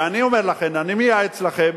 ואני אומר לכם, אני מייעץ לכם,